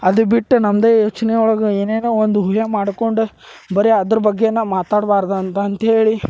ಅದು ಬಿಟ್ಟು ನಮ್ಮದೇ ಯೋಚನೆಯೊಳಗೆ ಏನೇನೋ ಒಂದು ಊಹೆ ಮಾಡ್ಕೊಂಡು ಬರಿ ಅದ್ರ ಬಗ್ಗೆ ಮಾತಾಡ್ಬಾರ್ದು ಅಂತ ಅಂತ್ಹೇಳಿ